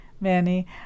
Manny